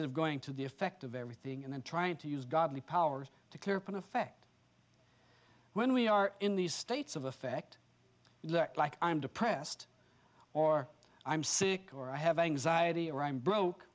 is going to the effect of everything and trying to use godly powers to clear up an effect when we are in these states of effect look like i'm depressed or i'm sick or i have anxiety or i'm broke